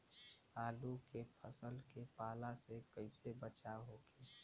आलू के फसल के पाला से कइसे बचाव होखि?